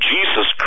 Jesus